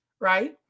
right